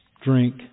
drink